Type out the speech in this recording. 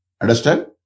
Understand